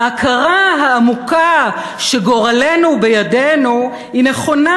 ההכרה העמוקה שגורלנו בידינו היא נכונה,